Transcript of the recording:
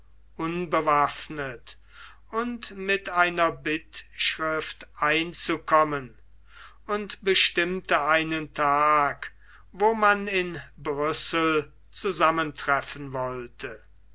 unbewaffnet und mit einer bittschrift einzukommen und bestimmte einen tag wo man in brüssel zusammentreffen wollte